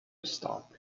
stop